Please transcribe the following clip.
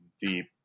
deep